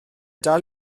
dal